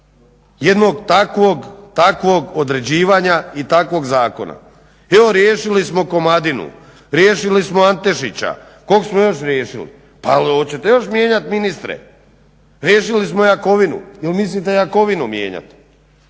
jednog takvog određivanja i takvog zakona? Evo riješili smo Komadinu, riješili smo Antešića. Kog smo još riješili? Pa hoćete još mijenjat ministre? Riješili smo Jakovinu. Il' mislite Jakovinu mijenjat.